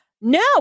No